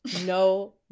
no